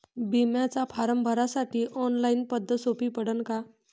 बिम्याचा फारम भरासाठी ऑनलाईन पद्धत सोपी पडन का?